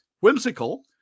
Whimsical